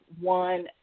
one